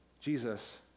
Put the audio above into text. Jesus